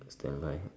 standby